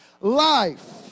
life